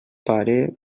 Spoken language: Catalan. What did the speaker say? pare